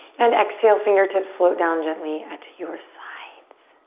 and exhale, fingertips float down gently at your sides.